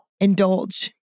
indulge